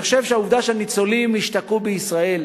אני חושב שהעובדה שהניצולים השתקעו בישראל